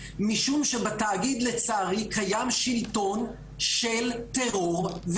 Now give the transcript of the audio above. משום שבתאגיד לצערי קיים שלטון של טרור,